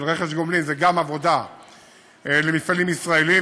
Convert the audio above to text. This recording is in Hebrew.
ורכש גומלין זה גם עבודה למפעלים ישראליים,